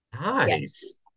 Nice